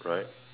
right